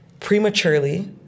prematurely